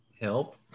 help